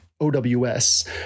OWS